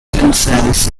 themselves